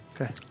Okay